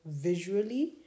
visually